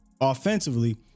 offensively